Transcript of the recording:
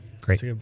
Great